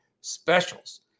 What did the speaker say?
specials